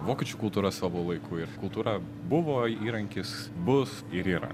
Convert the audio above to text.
vokiečių kultūra savo laiku kultūra buvo įrankis bus ir yra